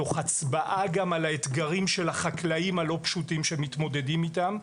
תוך הצבעה גם על האתגרים הלא פשוטים שהחקלאים מתמודדים איתם,